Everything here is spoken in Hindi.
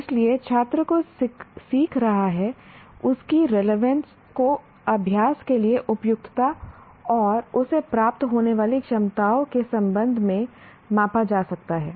इसलिए छात्र जो सीख रहा है उसकी रेलीवेंस को अभ्यास के लिए उपयुक्तता और उसे प्राप्त होने वाली क्षमताओं के संबंध में मापा जाता है